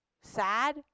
sad